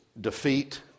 defeat